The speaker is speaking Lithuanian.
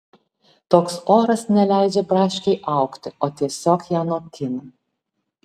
toks oras neleidžia braškei augti o tiesiog ją nokina